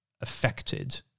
affected